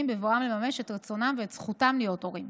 בבואם לממש את רצונם ואת זכותם להיות הורים.